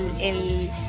el